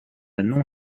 non